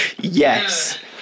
yes